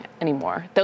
anymore